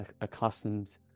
accustomed